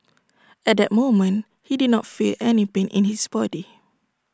at that moment he did not feel any pain in his body